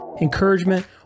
encouragement